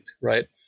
right